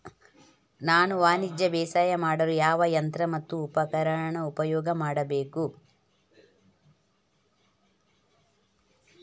ನಾನು ವಾಣಿಜ್ಯ ಬೇಸಾಯ ಮಾಡಲು ಯಾವ ಯಂತ್ರ ಮತ್ತು ಉಪಕರಣ ಉಪಯೋಗ ಮಾಡಬೇಕು?